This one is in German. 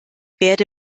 werde